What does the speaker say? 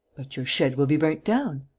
but your shed will be burnt down.